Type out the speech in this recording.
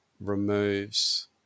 removes